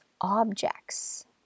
objects